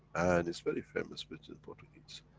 and is very famous with the portuguese.